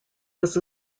was